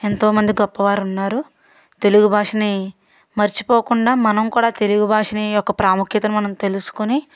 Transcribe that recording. ఎంతో మంది గొప్పవారు ఉన్నారు తెలుగు భాషని మర్చిపోకుండా మనం కూడా తెలుగు భాషని యొక్క ప్రాముఖ్యతను మనం తెలుసుకొని